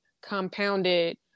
compounded